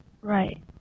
Right